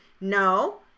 no